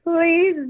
please